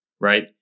right